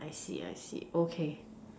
I see I see okay